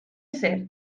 ser